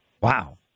Wow